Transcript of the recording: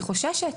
אני חוששת,